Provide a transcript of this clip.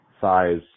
size